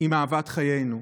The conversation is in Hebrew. עם אהבת חיינו.